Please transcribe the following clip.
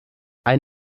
ein